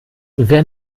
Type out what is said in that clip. wer